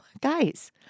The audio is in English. guys